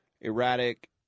erratic